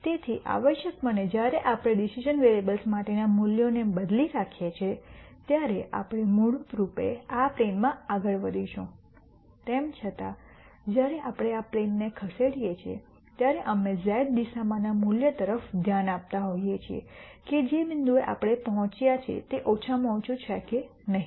તેથી આવશ્યકપણે જ્યારે આપણે ડિસિઝન વેરીએબલ્સ માટેના મૂલ્યોને બદલી રાખીએ છીએ ત્યારે આપણે મૂળરૂપે આ પ્લેનમાં આગળ વધીશું તેમ છતાં જ્યારે આપણે આ પ્લેન ને ખસેડીએ છીએ ત્યારે અમે ઝેડ દિશામાંના મૂલ્યો તરફ ધ્યાન આપતા હોઈએ છીએ કે જે બિંદુએ આપણે પહોંચ્યા છે તે ઓછામાં ઓછું છે કે નહીં